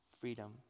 freedom